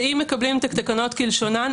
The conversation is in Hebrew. שאם מקבלים את התקנות כלשונן,